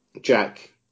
Jack